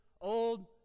old